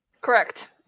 correct